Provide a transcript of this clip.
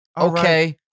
okay